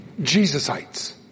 Jesusites